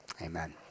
Amen